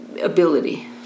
ability